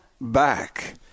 back